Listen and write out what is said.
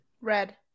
Red